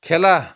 খেলা